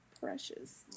Precious